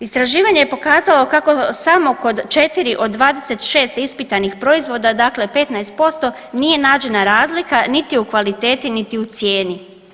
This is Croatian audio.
Istraživanje je pokazalo kako samo kod 4 od 26 ispitanih proizvoda, dakle 15% nije nađena razlika niti u kvaliteti, niti u cijeni.